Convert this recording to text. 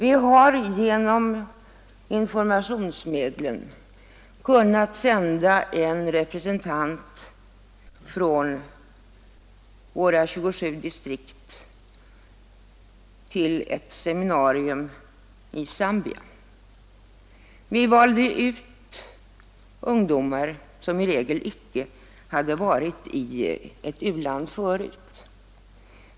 Informationsmedlen har gjort att vi kunnat sända representanter för våra 27 distrikt till ett seminarium i Zambia. Vi valde då ut sådana ungdomar som i regel inte hade varit i något u-land tidigare.